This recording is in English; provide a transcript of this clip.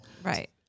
Right